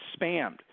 spammed